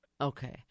Okay